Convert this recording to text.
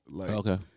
Okay